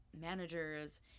managers